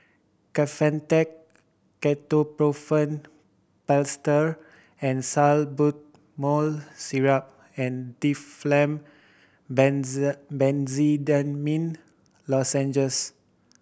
Kefentech Ketoprofen Plaster and Salbutamol Syrup and Difflam Benz Benzydamine Lozenges